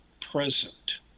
present